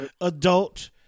adult